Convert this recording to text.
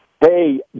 Hey